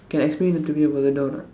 can explain to me about the door or not